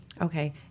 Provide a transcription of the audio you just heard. Okay